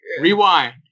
Rewind